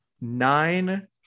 nine